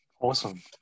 awesome